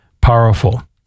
Powerful